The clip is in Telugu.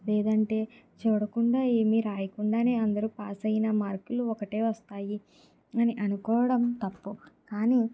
లేదంటే చూడకుండా ఏమి రాయకుండానే అందరు పాస్ అయ్యిన మార్కులు ఒకటే వస్తాయి అని అనుకోవడం తప్పు కాని